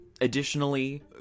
additionally